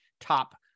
top